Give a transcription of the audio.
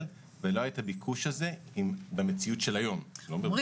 מאוד ולא היה את הביקוש הזה במציאות של היום --- אני